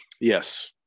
yes